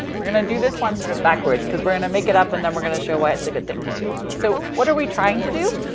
we're gonna do this one sort of backwards because we're gonna make it up, and then, we're gonna show why it's a good thing to do. so what are we trying to do?